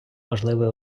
важливе